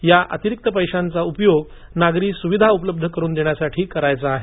या अतिरिक्त पैशांचा उपयोग नागरी सुविधा उपलब्ध करून देण्यासाठी करायचा आहे